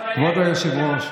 כבוד היושב-ראש,